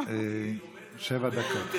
אני לומד מהטובים ביותר,